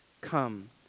Come